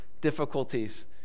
difficulties